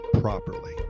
properly